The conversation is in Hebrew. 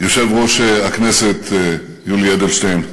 יושב-ראש הכנסת יולי אדלשטיין,